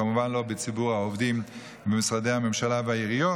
כמובן לא בציבור העובדים במשרדי הממשלה והעיריות,